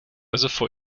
ihren